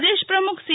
પ્રદેશ પ્રમુખ સી